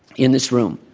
in this room.